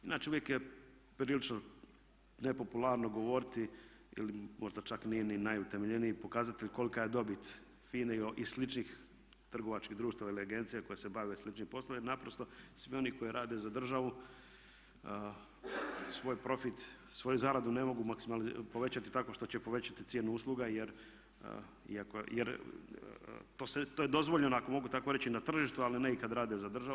Inače uvijek je prilično nepopularno govoriti ili možda čak nije ni najutemeljeniji pokazatelj kolika je dobit FINA-e i sličnih trgovačkih društava ili agencija koje se bave sličnim poslovima jer naprosto svi oni koji rade za državu svoj profit, svoju zaradu ne mogu povećati tako što će povećati cijenu usluga jer to je dozvoljeno ako mogu tako reći na tržištu ali ne i kad rade za državu.